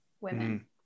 women